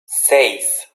seis